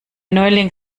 neuling